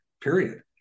period